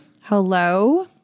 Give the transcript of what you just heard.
Hello